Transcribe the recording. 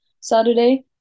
saturday